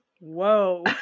whoa